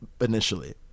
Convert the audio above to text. initially